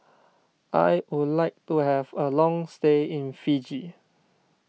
I would like to have a long stay in Fiji